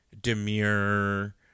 demure